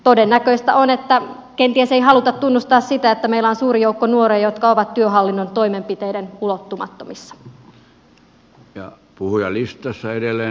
todennäköistä on että kenties ei haluta tunnustaa sitä että meillä on suuri joukko nuoria jotka ovat työhallinnon toimenpiteiden ulottumattomissa